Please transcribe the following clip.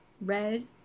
Red